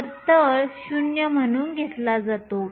तर तळ 0 म्हणून घेतला जातो